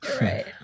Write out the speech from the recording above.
Right